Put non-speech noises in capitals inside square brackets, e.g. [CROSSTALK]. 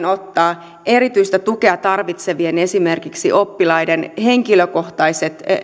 [UNINTELLIGIBLE] ottaa esimerkiksi erityistä tukea tarvitsevien oppilaiden henkilökohtaiset